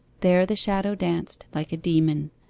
there the shadow danced like a demon,